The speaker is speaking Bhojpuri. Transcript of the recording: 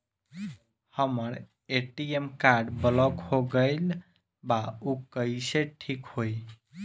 हमर ए.टी.एम कार्ड ब्लॉक हो गईल बा ऊ कईसे ठिक होई?